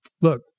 Look